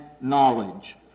knowledge